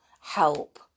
help